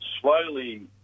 slowly